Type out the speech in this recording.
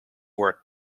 worth